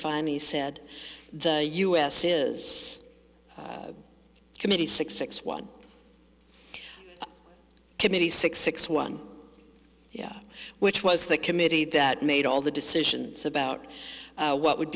finally said the u s is committee six six one committee six six one yeah which was the committee that made all the decisions about what would